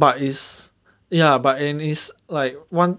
but is ya but in is like one